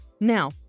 now